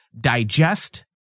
digest